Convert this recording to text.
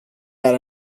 that